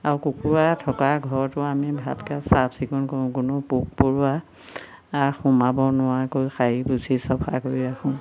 আৰু কুকুৰা থকা ঘৰতো আমি ভালকৈ চাফচিকুণ কৰোঁ কোনো পোক পৰুৱা সোমাব নোৱাৰাকৈ সাৰি পুচি চফা কৰি ৰাখোঁ